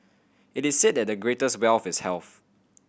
it is said that the greatest wealth is health